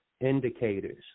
indicators